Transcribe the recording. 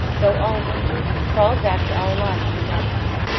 though all wounded, crawled back to our lines in the darkness.